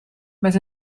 met